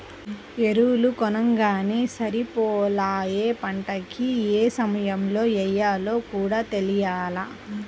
ఎరువులు కొనంగానే సరిపోలా, యే పంటకి యే సమయంలో యెయ్యాలో కూడా తెలియాల